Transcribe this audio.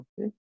okay